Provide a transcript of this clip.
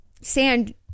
Sand